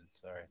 Sorry